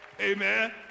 Amen